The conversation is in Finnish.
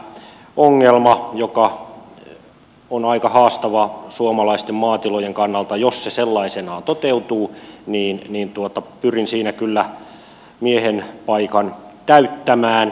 tämä ongelma on aika haastava suomalaisten maatilojen kannalta jos se sellaisenaan toteutuu ja pyrin siinä kyllä miehen paikan täyttämään